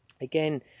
again